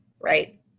right